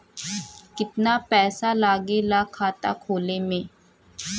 कितना पैसा लागेला खाता खोले में?